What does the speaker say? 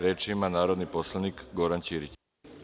Reč ima narodni poslanik Goran Ćirić.